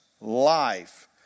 life